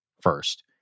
first